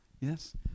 Yes